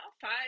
five